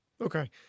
Okay